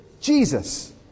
Jesus